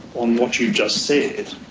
on what you've just said,